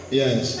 yes